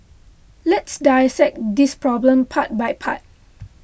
let's dissect this problem part by part